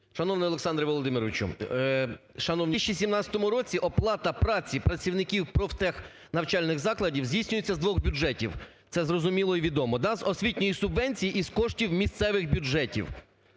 Шановний Олександре Володимировичу! Шановні українці! В 2017 році оплата праці працівників профтехнавчальних закладів здійснюється з двох бюджетів – це зрозуміло і відомо. Так? З освітньої субвенції і з коштів місцевих бюджетів.